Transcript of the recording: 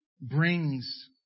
brings